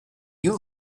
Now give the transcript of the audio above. you